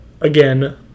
again